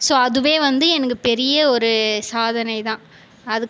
so அதுவே வந்து எனக்கு பெரிய ஒரு சாதனை தான் அது